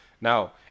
Now